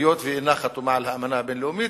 היות שאינה חתומה על האמנה הבין-לאומית,